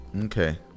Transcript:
Okay